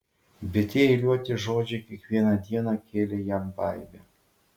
bet tie eiliuoti žodžiai kiekvieną dieną kėlė jam baimę